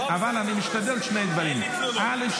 אבל אני משתדל שני דברים: א.